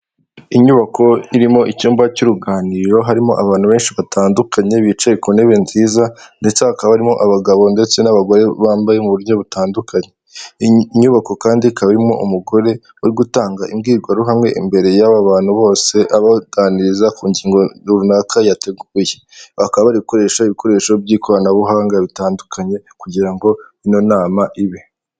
Inyubako irimo icyumba cy'uruganiriro harimo abantu benshi batandukanye bicaye ku ntebe nziza ndetse hakaba harimo abagabo ndetse n'abagore bambaye mu buryo butandukanye inyubako kandi ikabarimo umugore uri gutanga imbwirwaruhame imbere y'aba bantu bose abaganiriza ku ngingo runaka yateguye bakaba bari gukoresha ibikoresho by'ikoranabuhanga bitandukanye kugira ngo inama ibe.